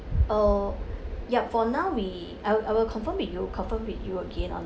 uh yup for now we I will I will confirm with you confirm with you again on